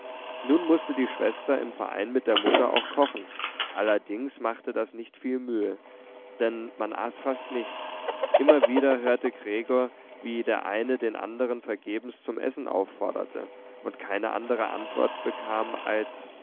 nun mußte die schwester im verein mit der mutter auch kochen allerdings machte das nicht viel mühe denn man aß fast nichts immer wieder hörte gregor wie der eine den anderen vergebens zum essen aufforderte und keine andere antwort bekam als